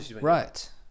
Right